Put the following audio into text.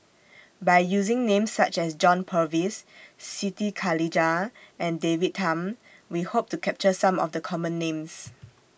By using Names such as John Purvis Siti Khalijah and David Tham We Hope to capture Some of The Common Names